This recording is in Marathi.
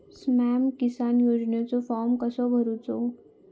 स्माम किसान योजनेचो फॉर्म कसो भरायचो?